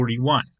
41